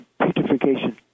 putrefaction